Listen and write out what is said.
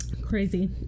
Crazy